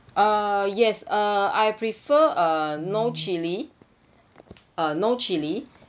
uh yes uh I prefer uh no chili uh no chili